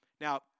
Now